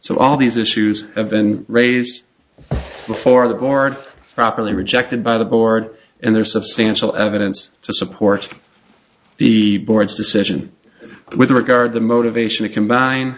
so all these issues have been raised before the board properly rejected by the board and there is substantial evidence to support the board's decision with regard the motivation to combine